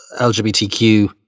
LGBTQ